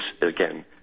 again